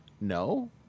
no